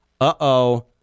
Uh-oh